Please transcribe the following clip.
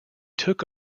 took